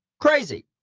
Crazy